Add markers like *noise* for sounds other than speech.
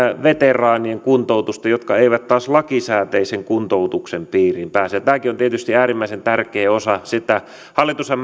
veteraanien kuntoutusta jotka eivät taas lakisääteisen kuntoutuksen piiriin pääse tämäkin on tietysti äärimmäisen tärkeä osa sitä hallitushan *unintelligible*